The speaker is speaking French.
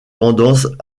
tendance